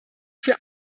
für